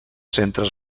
centres